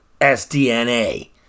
S-D-N-A